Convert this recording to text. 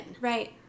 Right